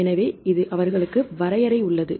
எனவே இது அவர்களுக்கு வரையறை உள்ளது